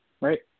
Right